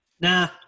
Nah